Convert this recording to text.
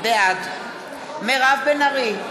בעד מירב בן ארי,